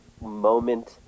moment